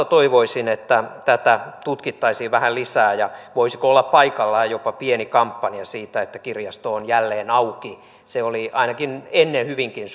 toivoisin että tätä tutkittaisiin vähän lisää ja voisiko olla paikallaan jopa pieni kampanja siitä että kirjasto on jälleen auki se oli ainakin ennen hyvinkin